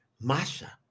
Masha